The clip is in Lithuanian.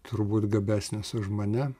turbūt gabesnis už mane